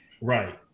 right